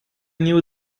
knew